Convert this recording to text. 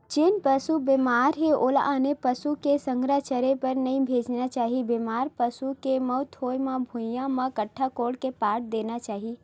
जेन पसु बेमार हे ओला आने पसु के संघ चरे बर नइ भेजना चाही, बेमार पसु के मउत होय म भुइँया म गड्ढ़ा कोड़ के पाट देना चाही